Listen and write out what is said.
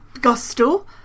gusto